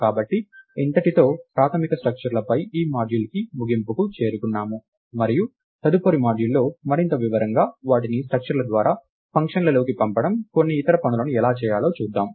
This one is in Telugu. కాబట్టి ఇంతటితో ప్రాథమిక స్ట్రక్చర్లపై ఈ మాడ్యూల్ ముగింపుకు చేరుకున్నాము మరియు తదుపరి మాడ్యూల్లో మరింత వివరంగా వాటిని స్ట్రక్చర్ల ద్వారా ఫంక్షన్లలోకి పంపడం కొన్ని ఇతర పనులను ఎలా చేయాలో చూద్దాం